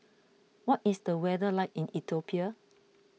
what is the weather like in Ethiopia